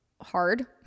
hard